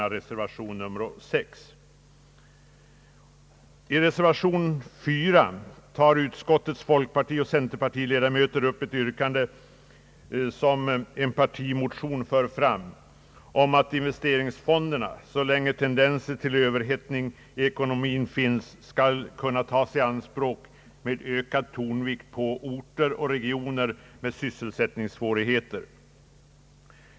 I reservation 4 har utskottets folkpartioch centerpartiledamöter tagit upp ett yrkande, om att investeringsfonderna, så länge tendenser till överhettning i ekonomin finns, skall kunna tas i anspråk med ökad tonvikt på orter och regioner med sysselsättningssvårigheter.